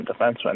defenseman